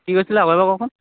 কি কৈছিলে আকৌ এক বাৰ কওকচােন